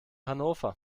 hannover